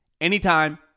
anytime